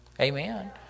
Amen